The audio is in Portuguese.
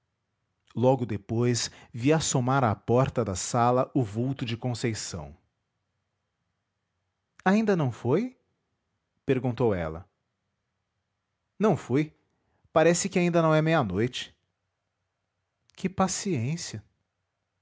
logo depois vi assomar à porta da sala o vulto de conceição www nead unama br ainda não foi perguntou ela não fui parece que ainda não é meia-noite que paciência